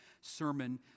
sermon